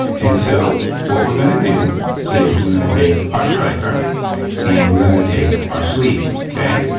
and so what we're gonna do is we're gonna take our striker and we're gonna take our sleeve, okay,